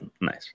nice